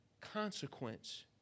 consequence